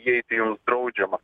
įeiti jums draudžiama